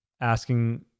asking